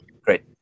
Great